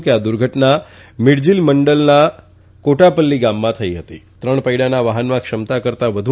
કે આ દુર્ઘટના મિડજિલ મંડલના કોદ્દાપલ્લી ગામમાં થઈ હતીત્રણ પૈડાના વાહનમાં ક્ષમતા કરતા વધુ